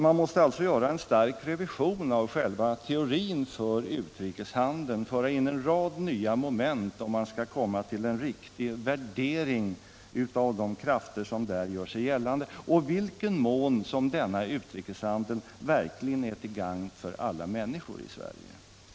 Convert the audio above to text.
Man måste alltså göra en stark revision av själva teorin för utrikeshandeln, föra in en rad nya moment, om man skall komma fram till en riktig värdering av de krafter som där gör sig gällande och i vilken mån denna utrikeshandel verkligen är till gagn för alla människor i Sverige.